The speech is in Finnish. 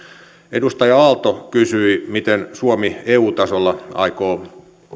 edustaja aalto kysyi miten suomi eu tasolla aikoo